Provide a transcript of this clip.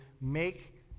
make